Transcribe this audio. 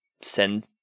send